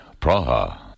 Praha